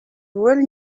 really